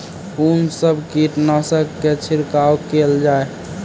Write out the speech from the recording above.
कून सब कीटनासक के छिड़काव केल जाय?